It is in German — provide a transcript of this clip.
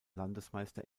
landesmeister